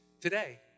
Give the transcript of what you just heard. today